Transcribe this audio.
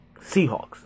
Seahawks